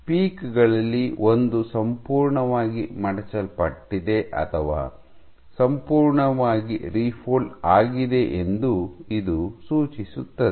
peak ಗಳಲ್ಲಿ ಒಂದು ಸಂಪೂರ್ಣವಾಗಿ ಮಡಚಲ್ಪಟ್ಟಿದೆ ಅಥವಾ ಸಂಪೂರ್ಣವಾಗಿ ರಿಫೊಲ್ಡ್ ಆಗಿದೆ ಎಂದು ಇದು ಸೂಚಿಸುತ್ತದೆ